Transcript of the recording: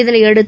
இதனையடுத்து